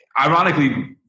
Ironically